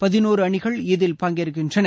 பதினோரு அணிகள் இதில் பங்கேற்கின்றன